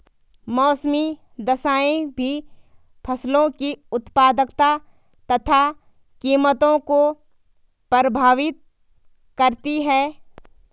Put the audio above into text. मौसमी दशाएं भी फसलों की उत्पादकता तथा कीमतों को प्रभावित करती है